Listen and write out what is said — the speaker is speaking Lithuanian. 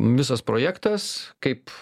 visas projektas kaip